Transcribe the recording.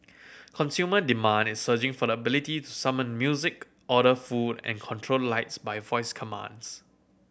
consumer demand is surging for the ability to summon music order food and control lights by voice commands